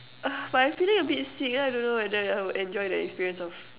but I'm feeling a bit sick then I don't know whether I'll enjoy the experience of